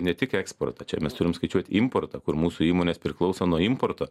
ne tik eksportą čia mes turim skaičiuot importą kur mūsų įmonės priklauso nuo importo